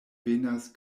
venas